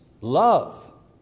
love